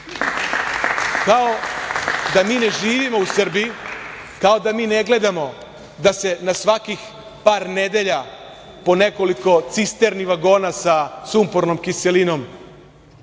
da mi ne živimo u Srbiji, kao da mi ne gledamo da se na svakih par nedelja po nekoliko cisterni vagona sa sumpornom kiselinom